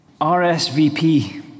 RSVP